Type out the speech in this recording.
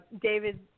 David